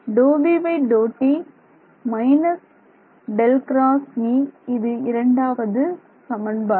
இது நமது இரண்டாவது சமன்பாடு